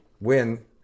win